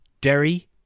Derry